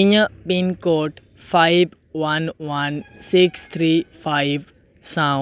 ᱤᱧᱟᱹᱜ pin code five one one six three five ᱥᱟᱶ